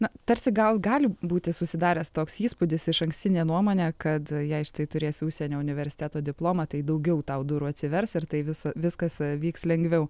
na tarsi gal gali būti susidaręs toks įspūdis išankstinė nuomonė kad jei štai turėsi užsienio universiteto diplomą tai daugiau tau durų atsivers ir tai visa viskas vyks lengviau